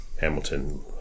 Hamilton